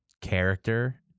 character